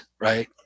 right